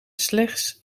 slechts